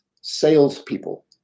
salespeople